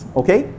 okay